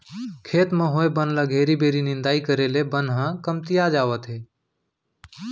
खेत म होए बन ल घेरी बेरी निंदाई करे ले बन ह कमतियात जावत हे